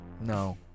no